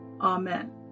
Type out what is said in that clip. Amen